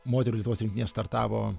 moterų lietuvos rinktinė startavo